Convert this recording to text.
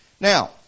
Now